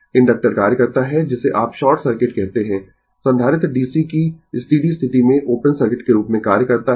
inductor कार्य करता है जिसे आप शॉर्ट सर्किट कहते है संधारित्र DC की स्टीडी स्थिति में ओपन सर्किट के रूप में कार्य करता है